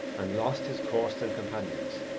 and lost his course and companions.